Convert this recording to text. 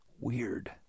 weird